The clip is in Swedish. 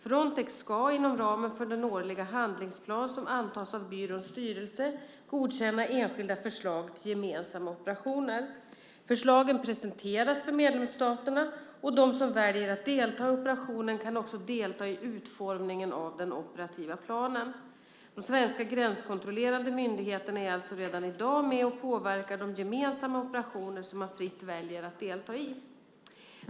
Frontex ska, inom ramen för den årliga handlingsplan som antas av byråns styrelse, godkänna enskilda förslag till gemensamma operationer. Förslagen presenteras för medlemsstaterna, och de som väljer att delta i operationen kan också delta i utformningen av den operativa planen. De svenska gränskontrollerande myndigheterna är alltså redan i dag med och påverkar de gemensamma operationer som man fritt väljer att delta i.